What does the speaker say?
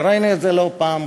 וראינו את זה לא פעם.